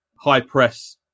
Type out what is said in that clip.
high-press